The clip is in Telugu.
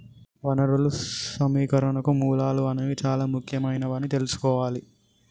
వనరులు సమీకరణకు మూలాలు అనేవి చానా ముఖ్యమైనవని తెల్సుకోవాలి